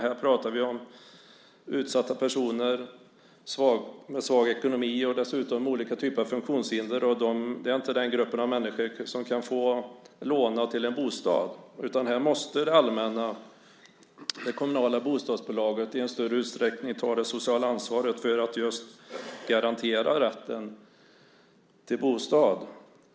Här pratar vi om utsatta personer med svag ekonomi och dessutom olika typer av funktionshinder. Det är inte den grupp av människor som kan få låna till en bostad. Här måste det allmänna, det kommunala bostadsbolaget, i större utsträckning ta det sociala ansvaret för att just garantera rätten till bostad.